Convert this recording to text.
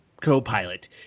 co-pilot